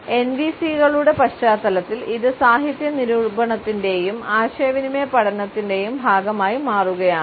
അതിനാൽ എൻ വി സികളുടെ പശ്ചാത്തലത്തിൽ ഇത് സാഹിത്യ നിരൂപണത്തിന്റെയും ആശയവിനിമയ പഠനത്തിന്റെയും ഭാഗമായി മാറുകയാണ്